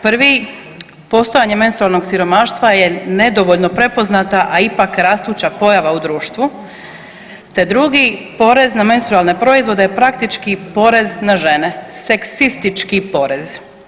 Prvi, postojanje menstrualnog siromaštva je nedovoljno prepoznata, a ipak rastuća pojava u društvu te drugi porez na menstrualne proizvode je praktički porez na žene, seksistički porez.